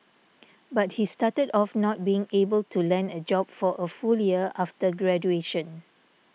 but he started off not being able to land a job for a full year after graduation